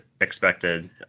expected